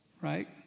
Right